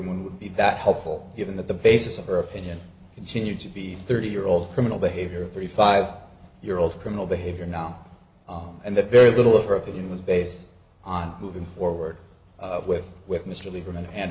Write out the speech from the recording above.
removed would be that helpful given that the basis of her opinion continued to be thirty year old criminal behavior thirty five year old criminal behavior now and the very little of her opinion was based on moving forward with with mr lieberman and